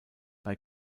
bei